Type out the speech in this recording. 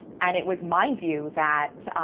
and it was my view that